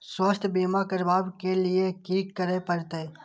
स्वास्थ्य बीमा करबाब के लीये की करै परतै?